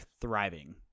thriving